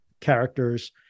Characters